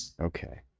Okay